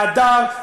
בהדר,